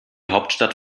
hauptstadt